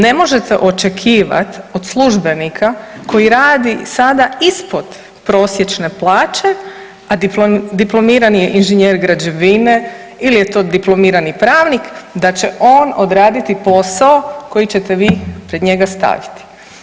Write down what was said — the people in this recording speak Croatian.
Ne možete očekivat od službenika koji radi sada ispod prosječne plaće, a diplomirani je inženjer građevine ili je to diplomirani pravnik da će on odraditi posao koji ćete vi pred njega staviti.